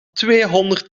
tweehonderd